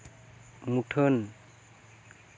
ᱢᱩᱴᱷᱟᱹᱱ